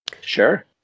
Sure